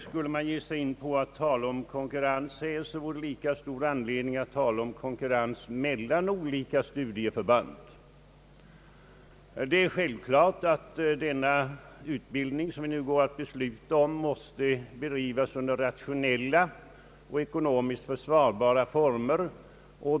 Skall man ge sig in på att tala om konkurrens, funnes det väl anledning att tala om konkurrens mellan olika studieförbund. Det är självklart att den utbildning som vi går att besluta om måste bedrivas under rationella och ekonomiskt försvarbara former.